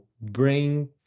bring